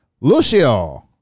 Lucio